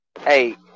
Hey